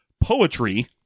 poetry